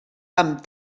amb